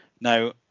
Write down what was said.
Now